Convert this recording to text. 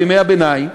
בימי הביניים,